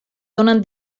donen